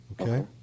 okay